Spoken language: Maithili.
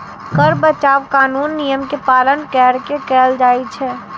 कर बचाव कानूनी नियम के पालन कैर के कैल जाइ छै